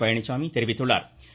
பழனிச்சாமி தெரிவித்துள்ளா்